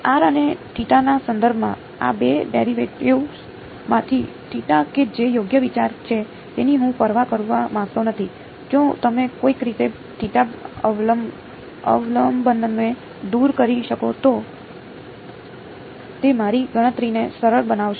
r અને થીટાના સંદર્ભમાં આ બે ડેરિવેટિવ્ઝ માંથી થિટા કે જે યોગ્ય વિચાર છે તેની હું પરવા કરવા માંગતો નથી જો તમે કોઈક રીતે થીટા અવલંબનને દૂર કરી શકો તો તે મારી ગણતરીને સરળ બનાવશે